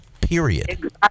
period